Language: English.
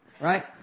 Right